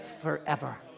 forever